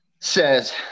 says